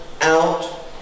out